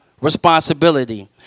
responsibility